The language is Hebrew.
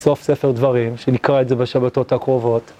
סוף ספר דברים, שנקרא את זה בשבתות הקרובות.